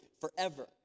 forever